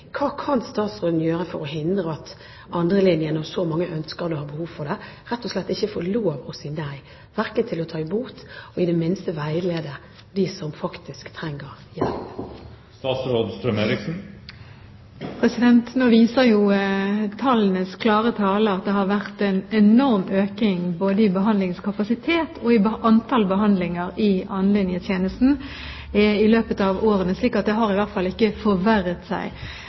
Hva kan statsråden gjøre for at andrelinjetjenesten – når så mange ønsker det og har behov for den – rett og slett ikke får lov til å si nei verken til å ta imot eller i det minste å veilede dem som faktisk trenger hjelp? Nå viser tallenes klare tale at det har vært en enorm økning både i behandlingskapasitet og i antall behandlinger i andrelinjetjenesten i løpet av årene, så det har i hvert fall ikke forverret seg.